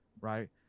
right